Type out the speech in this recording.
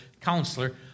Counselor